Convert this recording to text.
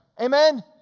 Amen